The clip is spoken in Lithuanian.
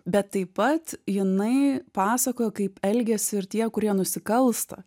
bet taip pat jinai pasakoja kaip elgiasi ir tie kurie nusikalsta